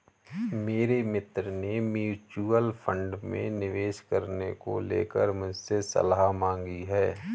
मेरे मित्र ने म्यूच्यूअल फंड में निवेश करने को लेकर मुझसे सलाह मांगी है